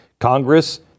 Congress